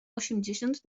osiemdziesiąt